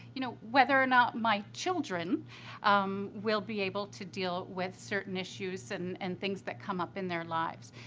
you know, whether or not my children will be able to deal with certain issues and and things that come up in their lives.